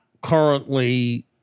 currently